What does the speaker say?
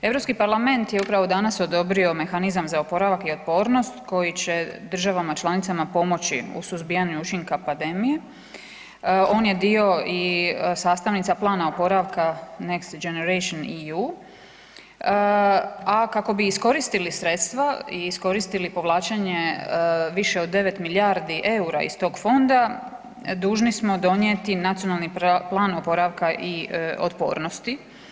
Europski parlament je upravo danas odobrio mehanizam za oporavak i otpornost koji će državama članicama pomoći u suzbijanju učinka pandemije, on je dio i sastavnica plana oporavka Next generation EU, a kako bi iskoristili sredstva i iskoristili povlačenje više od 9 milijardi EUR-a iz tog fonda dužni smo donijeti nacionalni plan oporavka i otpornosti.